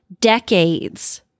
decades